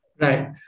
Right